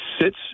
sits